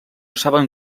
saben